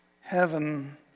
Heaven